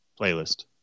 playlist